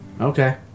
okay